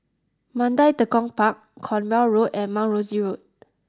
Mandai Tekong Park Cornwall Road and Mount Rosie Road